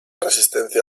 resistencia